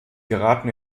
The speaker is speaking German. geraten